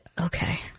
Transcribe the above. okay